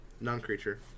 Non-creature